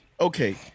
Okay